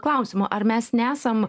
klausimo ar mes nesam